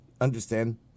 understand